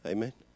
Amen